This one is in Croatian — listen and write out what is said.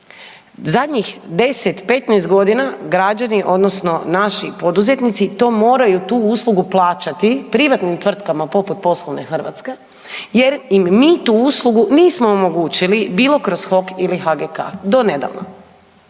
zadnjih 10, 15 godina građani odnosno naši poduzetnici to moraju tu uslugu plaćati privatnim tvrtkama poput „Poslovne Hrvatske“ jer im mi tu uslugu nismo omogućili bilo kroz HOK ili HGK do nedavno,